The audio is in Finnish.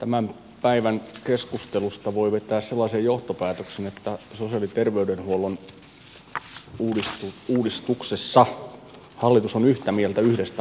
tämän päivän keskustelusta voi vetää sellaisen johtopäätöksen että sosiaali ja terveydenhuollon uudistuksessa hallitus on yhtä mieltä yhdestä asiasta